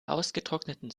ausgetrockneten